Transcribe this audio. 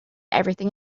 everything